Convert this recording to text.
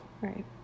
right